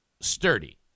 sturdy